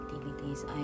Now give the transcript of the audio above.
activities